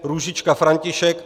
Růžička František